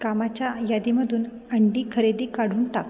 कामाच्या यादीमधून अंडी खरेदी काढून टाक